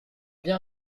bien